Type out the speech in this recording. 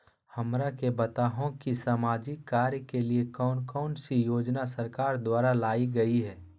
हमरा के बताओ कि सामाजिक कार्य के लिए कौन कौन सी योजना सरकार द्वारा लाई गई है?